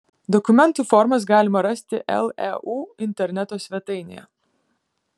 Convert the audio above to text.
dokumentų formas galima rasti leu interneto svetainėje